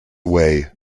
way